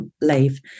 leave